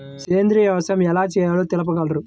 సేంద్రీయ వ్యవసాయం ఎలా చేయాలో తెలుపగలరు?